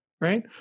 right